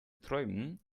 träumen